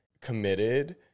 committed